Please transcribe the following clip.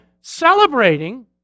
celebrating